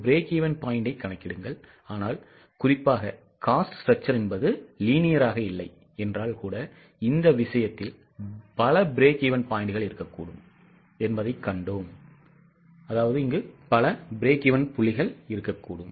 break even பாயிண்டைக் கணக்கிடுங்கள் ஆனால் குறிப்பாக cost structure என்பது linear ஆக இல்லை என்றால் கூட இந்த விஷயத்தில் பல பிரேக்ஈவென் புள்ளிகள் இருக்கக்கூடும் என்பதைக் கண்டோம்